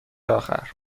آخر